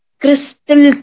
crystal